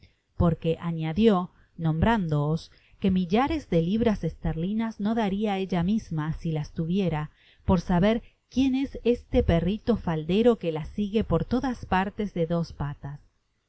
porque añadió nombrándoos que millares de libras esterlinas no daria ella misma si las tuviera por saber quien es este perrito faldero que la sigue por todas partes de dos patas